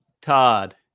Todd